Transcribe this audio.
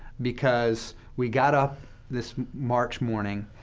because we got up this march morning,